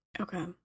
okay